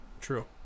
True